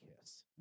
kiss